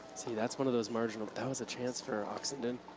see that's one of those marginal that was a chance for oxenden.